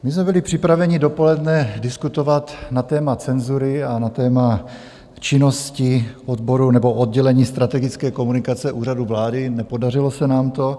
My jsme byli připraveni dopoledne diskutovat na téma cenzury a na téma činnosti oddělení strategické komunikace Úřadu vlády, nepodařilo se nám to.